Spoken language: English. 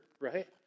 right